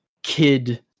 kid